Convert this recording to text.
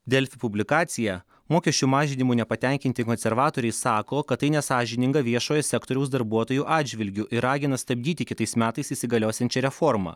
delfi publikacija mokesčių mažinimu nepatenkinti konservatoriai sako kad tai nesąžininga viešojo sektoriaus darbuotojų atžvilgiu ir ragina stabdyti kitais metais įsigaliosiančią reformą